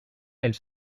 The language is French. elle